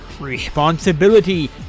responsibility